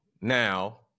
now